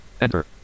Enter